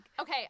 Okay